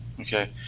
Okay